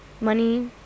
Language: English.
Money